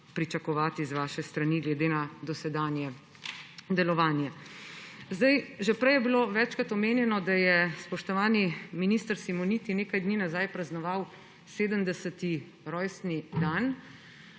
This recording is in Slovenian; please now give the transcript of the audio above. pričakovati z vaše strani glede na dosedanje delovanje. Že prej je bilo večkrat omenjeno, da je spoštovani minister Simoniti nekaj dni nazaj praznoval 70. rojstni dan.